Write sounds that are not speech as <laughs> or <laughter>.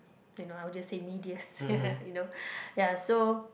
you know I will just say medias <laughs> you know ya so